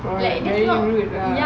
!wah! very rude ah